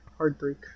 Heartbreak